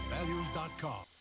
Values.com